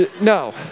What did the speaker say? No